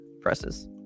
presses